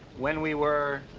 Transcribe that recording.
when we were.